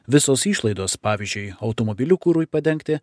visos išlaidos pavyzdžiui automobilių kurui padengti